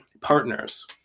partners